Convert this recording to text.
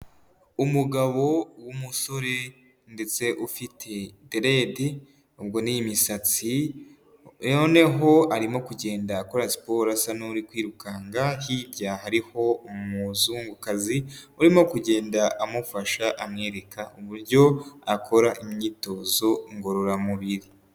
Umugabo w'umusore ndetse ufite deredi ubwo ni imisatsi nonehone arimo kugenda akora siporo asa n'uri kwirukanka, hirya hariho umuzungukazi urimo kugenda amufasha amwereka uburyo akora imyitozo ngororamubiri.